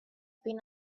been